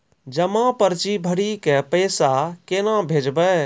जमा पर्ची भरी के पैसा केना भेजबे?